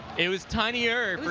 it was tinier.